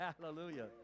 Hallelujah